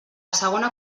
segona